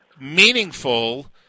meaningful